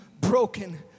broken